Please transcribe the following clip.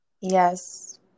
Yes